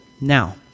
Now